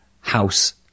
house